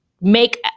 make